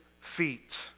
feet